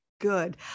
good